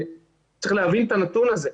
צריך להבין את הנתון הזה.